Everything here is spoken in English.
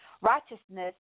Righteousness